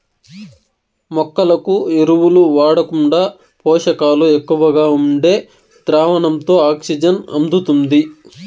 మొక్కలకు ఎరువులు వాడకుండా పోషకాలు ఎక్కువగా ఉండే ద్రావణంతో ఆక్సిజన్ అందుతుంది